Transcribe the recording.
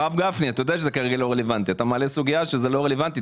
אתה מעלה סוגיה שזה לא רלוונטי.